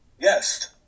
Yes